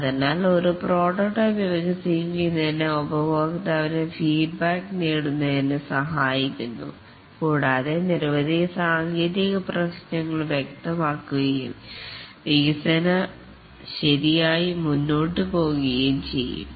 അതിനാൽ ഒരു പ്രോട്ടോടൈപ്പ് വികസിപ്പിക്കുന്നത് ഉപഭോക്താവിനെ ഫീഡ്ബാക്ക് നേടുന്നതിനു സഹായിക്കുന്നു കൂടാതെ നിരവധി സാങ്കേതിക പ്രശ്നങ്ങളും വ്യക്തമാക്കുകയും വികസന ശരിയായി മുന്നോട്ടു പോകുകയും ചെയ്യും